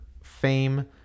fame